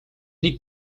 niet